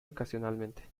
ocasionalmente